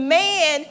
man